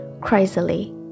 crazily